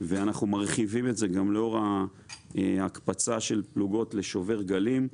ואנחנו מרחיבים את זה גם לאור ההקפצה של פלוגות לשובר גלים.